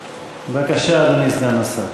בבקשה, אדוני, סגן השר.